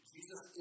Jesus